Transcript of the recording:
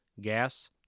gas